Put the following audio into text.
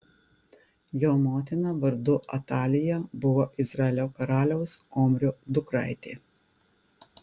jo motina vardu atalija buvo izraelio karaliaus omrio dukraitė